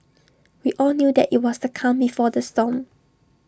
we all knew that IT was the calm before the storm